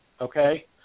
okay